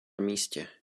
místě